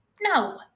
no